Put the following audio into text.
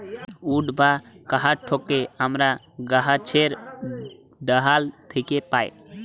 would বা কাহাঠকে আমরা গাহাছের ডাহাল থ্যাকে পাই